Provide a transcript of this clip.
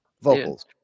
vocals